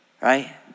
Right